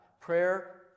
Prayer